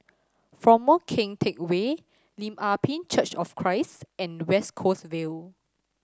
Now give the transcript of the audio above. Former Keng Teck Whay Lim Ah Pin Church of Christ and West Coast Vale